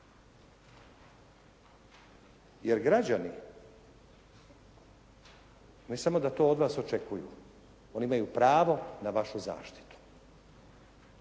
Jer građani ne samo da to od vas očekuju, oni imaju pravo na vašu zaštitu.